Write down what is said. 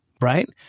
right